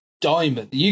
Diamond